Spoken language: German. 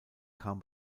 kam